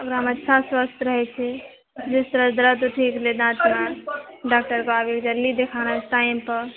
ओकरामे अच्छा स्वस्थ रहै छै जिस तरह दरद ठीक रहै दाँत ने डाक्टर कऽ आबे जल्दी दिखाना टाइम पर